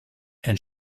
and